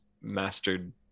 mastered